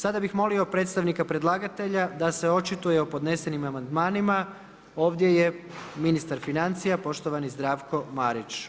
Sada bih molio predstavnika predlagatelja da se očituje o podnesenim amandmanima, ovdje je ministar financija poštovani Zdravko Marić.